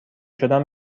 شدم